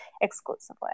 exclusively